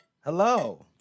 Hello